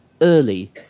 early